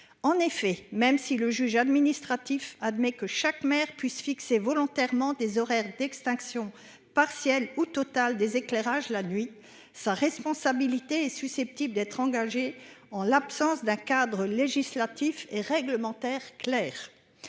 En effet, même si le juge administratif admet que chaque maire puisse fixer volontairement des horaires d'extinction partielle ou totale des éclairages la nuit. Sa responsabilité est susceptible d'être engagée en l'absence d'un cadre législatif et réglementaire claire.